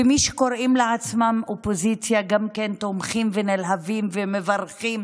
ומי שקוראים לעצמם אופוזיציה גם כן תומכים ונלהבים ומברכים